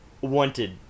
wanted